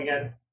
again